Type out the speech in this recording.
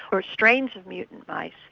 or strains of mutant mice,